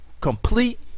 complete